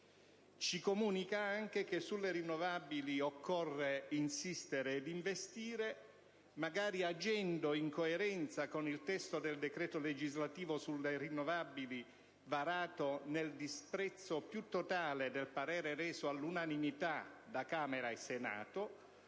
Ci comunica inoltre che, sulle rinnovabili, occorre insistere ed investire, magari agendo in coerenza con il testo del decreto legislativo sulle rinnovabili, varato nel disprezzo più totale del parere reso all'unanimità da Camera e Senato,